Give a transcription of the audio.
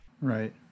Right